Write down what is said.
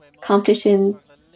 competitions